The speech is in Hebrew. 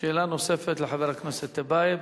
שאלה נוספת לחבר הכנסת טיבייב.